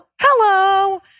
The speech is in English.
Hello